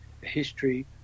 history